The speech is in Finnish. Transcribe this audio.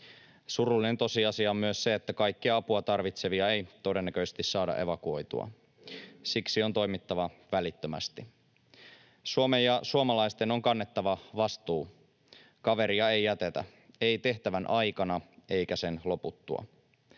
Surullinen tosiasia on myös se, että kaikkia apua tarvitsevia ei todennäköisesti saada evakuoitua. Siksi on toimittava välittömästi. Suomen ja suomalaisten on kannettava vastuu — kaveria ei jätetä, ei tehtävän aikana eikä sen loputtua.